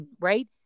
right